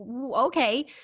okay